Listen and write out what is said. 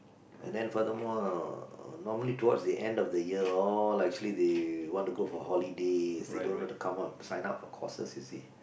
and then furthermore uh normally towards the end of the year all actually they want to go for holidays they don't want to come out sign up for courses you see